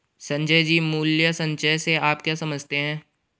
संजय जी, मूल्य संचय से आप क्या समझते हैं?